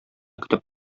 көтеп